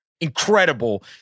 incredible